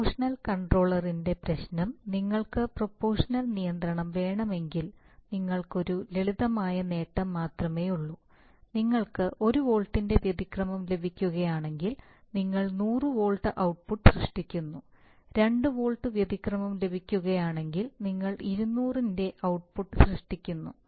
proportional control ഇൻറെ പ്രശ്നം നിങ്ങൾക്ക് പ്രൊപോഷണൽ നിയന്ത്രണം വേണമെങ്കിൽ നിങ്ങൾക്ക് ഒരു ലളിതമായ നേട്ടം മാത്രമേയുള്ളൂ നിങ്ങൾക്ക് 1 വോൾട്ടിന്റെ വ്യതിക്രമം ലഭിക്കുകയാണെങ്കിൽ നിങ്ങൾ 100 വോൾട്ട് ഔട്ട്പുട്ട് സൃഷ്ടിക്കുന്നു 2 വോൾട്ട് വ്യതിക്രമം ലഭിക്കുകയാണെങ്കിൽ നിങ്ങൾ 200 ന്റെ ഔട്ട്പുട്ട് സൃഷ്ടിക്കുന്നു